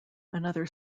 another